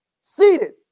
Seated